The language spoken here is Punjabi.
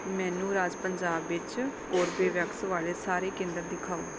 ਮੈਨੂੰ ਰਾਜ ਪੰਜਾਬ ਵਿੱਚ ਕੋਰਬੇਵੈਕਸ ਵਾਲੇ ਸਾਰੇ ਕੇਂਦਰ ਦਿਖਾਓ